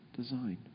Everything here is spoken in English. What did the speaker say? design